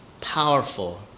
powerful